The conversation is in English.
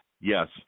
Yes